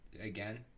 again